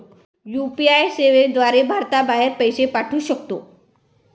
UPI सेवेद्वारे भारताबाहेर पैसे पाठवू शकतो